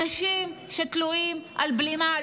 אנשים שתלויים על בלימה,